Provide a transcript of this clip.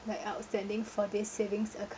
like outstanding for this savings account